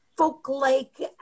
folk-like